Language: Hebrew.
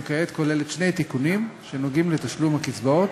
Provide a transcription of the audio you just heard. כעת כוללת שני תיקונים שנוגעים לתשלום הקצבאות.